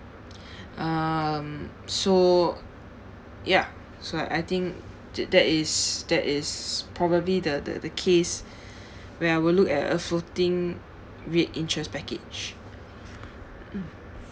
um so ya so I think that is that is probably the the the case where I would look at a floating rate interest package mm